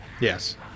Yes